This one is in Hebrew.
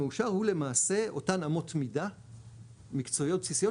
התכן המאושר הוא למעשה אותן אמות מידה מקצועיות בסיסיות,